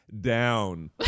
down